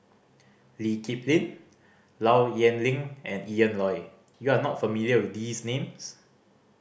Lee Kip Lin Low Yen Ling and Ian Loy you are not familiar with these names